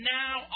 now